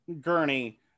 Gurney